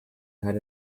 had